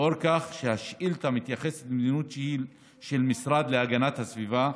לאור כך שהשאילתה מתייחסת למדיניות שהיא של המשרד להגנת הסביבה,